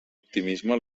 optimisme